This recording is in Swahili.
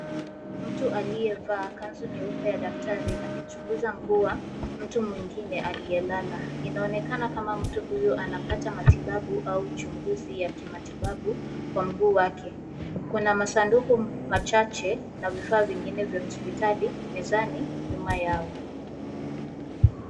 Mtu aliyevaa kanzu nyeupe ya daktari akichunguza mguu wa mtu mwingine aliyelala. Inaonekana kama mtu huyu anapata matibabu au uchunguzi ya kimatibabu kwa mguu wake. Kuna masanduku machache na vifaa vingine vya hospitali mezani nyuma yao.